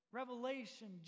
revelation